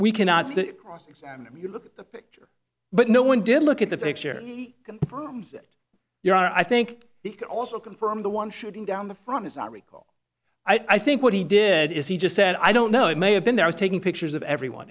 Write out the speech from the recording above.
we cannot cross examine you look at the picture but no one did look at the picture he confirms that there are i think he can also confirm the one shooting down the front as i recall i think what he did is he just said i don't know i may have been there was taking pictures of everyone